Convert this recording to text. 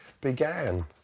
began